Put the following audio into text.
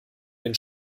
den